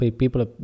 people